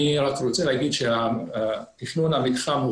אני רק רוצה להגיד שתכנון המתחם הוא